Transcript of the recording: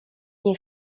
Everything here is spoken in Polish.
nie